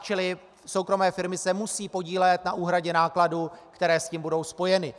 Čili soukromé firmy se musejí podílet na úhradě nákladů, které s tím budou spojeny.